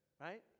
right